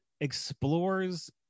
explores